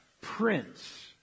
Prince